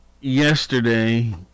yesterday